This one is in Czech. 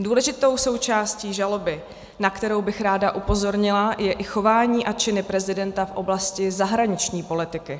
Důležitou součástí žaloby, na kterou bych ráda upozornila, je i chování a činy prezidenta v oblasti zahraniční politiky.